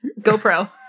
GoPro